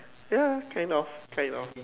ya kind of kind of